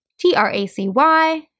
T-R-A-C-Y